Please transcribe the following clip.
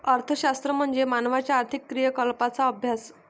अर्थशास्त्र म्हणजे मानवाच्या आर्थिक क्रियाकलापांचा अभ्यास